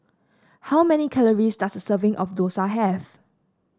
how many calories does a serving of dosa have